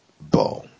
Boom